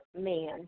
man